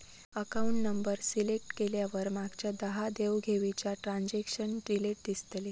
account number select केल्यावर मागच्या दहा देव घेवीचा ट्रांजॅक्शन डिटेल दिसतले